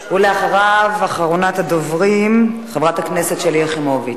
ואחריו, אחרונת הדוברים, חברת הכנסת שלי יחימוביץ.